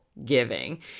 Giving